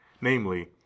namely